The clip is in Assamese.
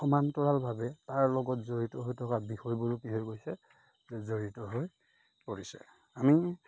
সমান্তৰালভাৱে তাৰ লগত জড়িত হৈ থকা বিষয়বোৰো কি হৈ গৈছে জড়িত হৈ পৰিছে আমি